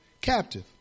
captive